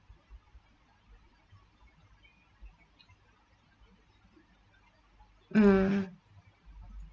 mm